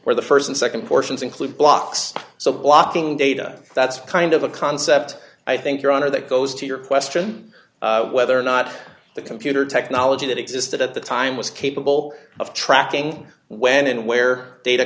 where the st and nd portions include blocks so blocking data that's kind of a concept i think your honor that goes to your question whether or not the computer technology that existed at the time was capable of tracking when and where data